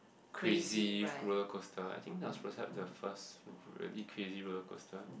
crazy roller coaster I think I perhaps that first a crazy roller coaster